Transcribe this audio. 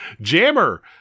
Jammer